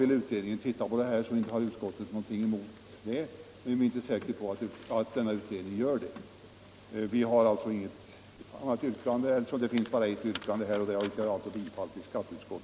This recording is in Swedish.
Vill utredningen titta på saken, så har utskottet naturligtvis ingenting emot detta, men jag är inte säker på att utredningen gör det. Här finns bara ett yrkande, nämligen bifall till utskottets hemställan, till vilket jag ber att få ansluta mig.